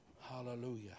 Hallelujah